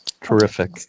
Terrific